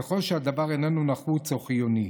ככל שהדבר איננו נחוץ או חיוני.